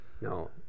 No